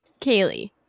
Kaylee